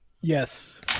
Yes